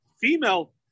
female